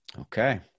Okay